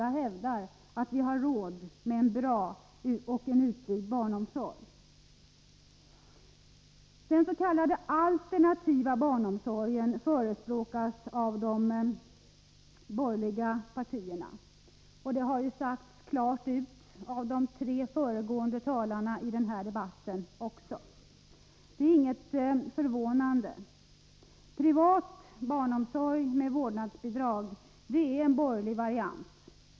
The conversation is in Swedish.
Jag hävdar att vi har råd med en bra och utbyggd barnomsorg. S. k. alternativ barnomsorg förespråkas av de borgerliga partierna. Det har klart sagts ut också av de tre föregående talarna i denna debatt. Det är inget förvånande. Privat barnomsorg med vårdnadsbidrag är en borgerlig variant.